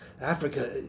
Africa